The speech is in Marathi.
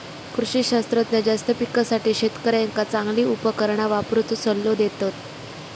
कृषी शास्त्रज्ञ जास्त पिकासाठी शेतकऱ्यांका चांगली उपकरणा वापरुचो सल्लो देतत